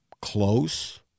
close